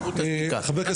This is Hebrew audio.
חה"כ מרגי,